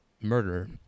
murder